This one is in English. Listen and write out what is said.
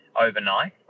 overnight